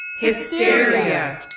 Hysteria